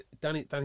Danny